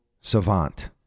savant